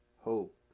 hope